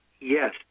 Yes